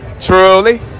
Truly